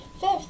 fifth